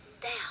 down